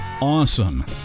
awesome